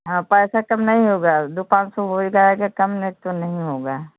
अब पैसा कम नहीं होगा दो पाँच सौ हो जाएगा कम नहीं तो नहीं होगा